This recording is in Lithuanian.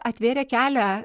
atvėrė kelią